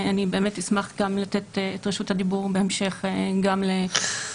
ואני אשמח לתת בהמשך את רשות הדיבור ליועצת המשפטית.